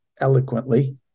eloquently